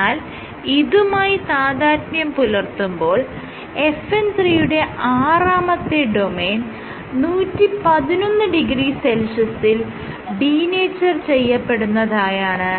എന്നാൽ ഇതുമായി താദാത്മ്യം പുലർത്തുമ്പോൾ FN 3 യുടെ ആറാമത്തെ ഡൊമെയ്ൻ 1110 സെൽഷ്യസിൽ ഡീനേച്ചർ ചെയ്യപ്പെടുന്നതായാണ്